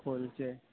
کلچے